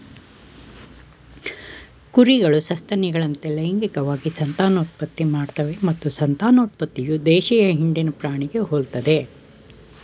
ಕುರಿಗಳು ಸಸ್ತನಿಗಳಂತೆ ಲೈಂಗಿಕವಾಗಿ ಸಂತಾನೋತ್ಪತ್ತಿ ಮಾಡ್ತವೆ ಮತ್ತು ಸಂತಾನೋತ್ಪತ್ತಿಯು ದೇಶೀಯ ಹಿಂಡಿನ ಪ್ರಾಣಿಗೆ ಹೋಲ್ತದೆ